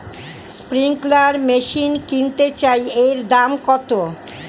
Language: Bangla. স্প্রিংকলার মেশিন কিনতে চাই এর দাম কত?